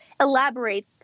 elaborate